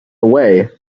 away